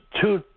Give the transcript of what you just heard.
two